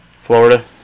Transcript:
Florida